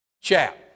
chap